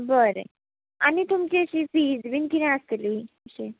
हा बरें आनी तुमची अशी फीज बीन किदें आसतली अशी